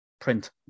print